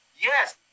yes